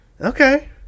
Okay